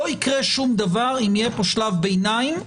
לא יקרה שום דבר אם יהיה פה שלב ביניים,